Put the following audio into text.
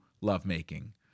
lovemaking